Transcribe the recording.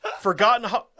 Forgotten